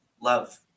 love